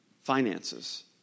Finances